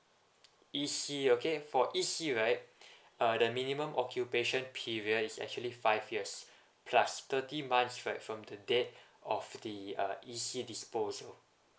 E_C okay for E_C right uh the minimum occupation period is actually five years plus thirty months right from the date of the uh E_C disposal